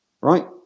right